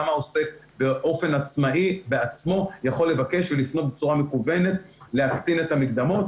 גם העוסק בעצמו יכול לבקש ולפנות בצורה מקוונת להקטין את המקדמות.